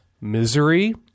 misery